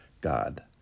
God